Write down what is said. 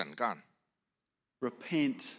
Repent